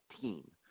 team